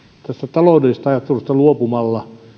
taloudellisesta ajattelusta luopumalla